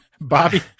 Bobby